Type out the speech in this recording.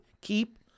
keep